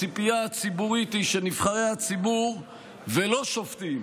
הציפייה הציבורית היא שנבחרי הציבור ולא שופטים